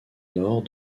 nord